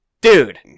dude